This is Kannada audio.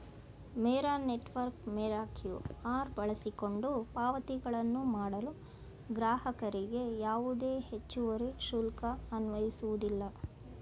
ಮೇರಾ ನೆಟ್ವರ್ಕ್ ಮೇರಾ ಕ್ಯೂ.ಆರ್ ಬಳಸಿಕೊಂಡು ಪಾವತಿಗಳನ್ನು ಮಾಡಲು ಗ್ರಾಹಕರಿಗೆ ಯಾವುದೇ ಹೆಚ್ಚುವರಿ ಶುಲ್ಕ ಅನ್ವಯಿಸುವುದಿಲ್ಲ